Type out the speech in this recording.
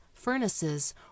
furnaces